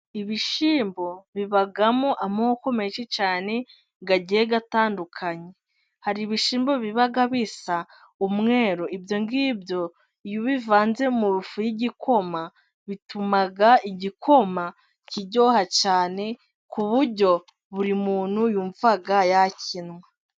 Ibishyimbo bibamo amoko menshi cyane agiye atandukanye. Hari ibishyimbo biba bisa umweru ibyo ngibyo iyo ubivanze mu ifu y'igikoma bituma igikoma kiryoha cyane, ku buryo buri muntu yumva yakinywa.